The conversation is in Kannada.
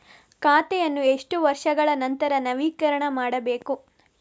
ಖಾತೆಯನ್ನು ಎಷ್ಟು ವರ್ಷಗಳ ನಂತರ ನವೀಕರಣ ಮಾಡಬೇಕು?